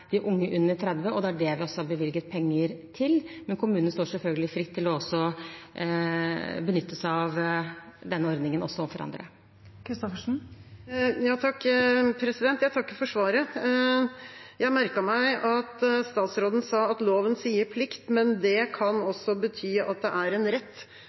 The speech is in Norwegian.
de unge under 30. Det er også det det er bevilget penger til, men kommunene står selvfølgelig fritt til å benytte seg av denne ordningen også for andre. Jeg takker for svaret. Jeg merket meg at statsråden sa at loven sier «plikt», men at det kan bety at det også er en rett.